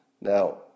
Now